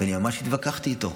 ואני ממש התווכחתי איתו.